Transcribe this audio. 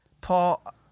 Paul